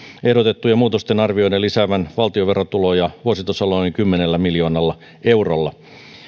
ehdotettujen muutosten arvioidaan lisäävän valtion verotuloja vuositasolla noin kymmenellä miljoonalla eurolla